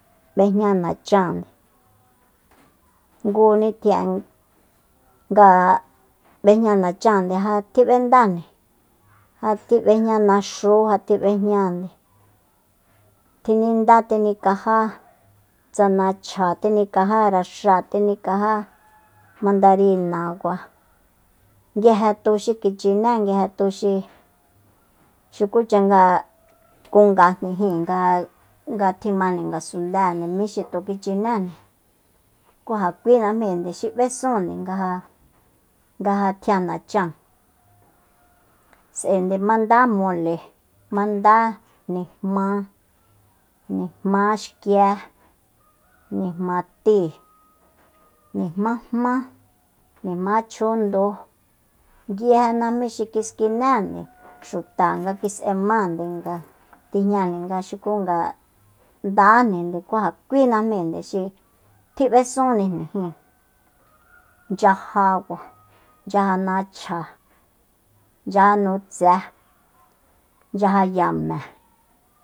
B'ejña nachande ngu nitjin'e nga b'ejña nacháande nga ja tji b'endánde ja tjib'ejña naxú ja tjib'ejñande tjininda tjinikajá tsa nachja tjinikajá raxáa tjinikajá mandarinakua nguije tu xi kichiné nguije tu xi xukucha nga ku ngajni jíin nga- nga tjimajni ngasundée mí xi tu kichin´jni ku ja kui najmínde xi b'esunjni nga ja- nga ja tjian nacháan s'aende mandá mole mandá nijma nijma xkié nijma tíi nijmájmá nijmá chjundu nguije najmí xi kiskinénde xuta nga kis'emáande nga tijñajnin nga xuku nga ndájninde ku ja kui najmínde xi tjib'esúnnijnijín nchyajakua nchyaja nachja nchyaja nutse nchyaja yame